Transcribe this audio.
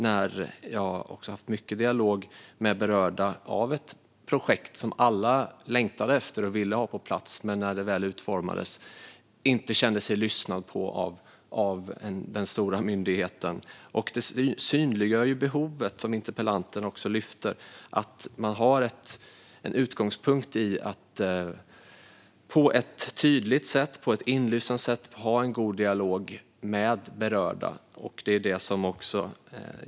Jag har också haft mycket dialog med parter som varit berörda av ett projekt som alla längtade efter och ville ha på plats men som, när det väl utformades, inte kände att den stora myndigheten lyssnade på dem. Detta synliggör behovet som interpellanten tog upp av att man har som utgångspunkt att på ett tydligt och inlyssnande sätt ha en god dialog med berörda.